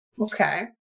Okay